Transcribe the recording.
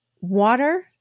water